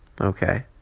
Okay